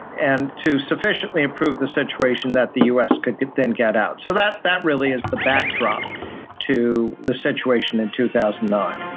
and to sufficiently improve the situation that the us could then get out. so that that really is the backdrop to the situation in two thousand